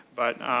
but